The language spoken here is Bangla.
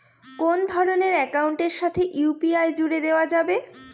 কোন ধরণের অ্যাকাউন্টের সাথে ইউ.পি.আই জুড়ে দেওয়া যাবে?